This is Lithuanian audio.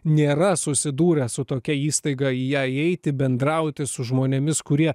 nėra susidūrę su tokia įstaiga į ją įeiti bendrauti su žmonėmis kurie